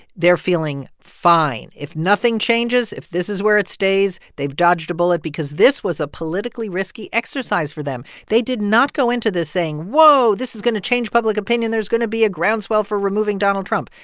they're feeling fine. if nothing changes, if this is where it stays, they've dodged a bullet because this was a politically risky exercise for them. they did not go into this saying, whoa, this is going to change public opinion. there's going to be a groundswell for removing donald trump.